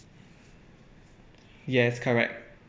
yes correct